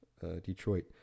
Detroit